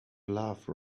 love